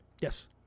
Yes